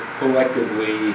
collectively